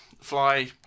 Fly